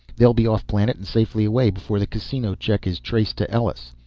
they'll be off-planet and safely away before the casino check is traced to ellus.